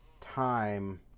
time